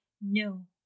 no